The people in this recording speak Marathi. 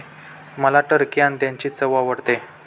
मला टर्की अंड्यांची चव आवडते